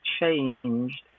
changed